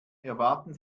erwarten